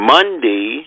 Monday